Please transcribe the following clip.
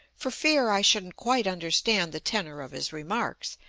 for fear i shouldn't quite understand the tenor of his remarks,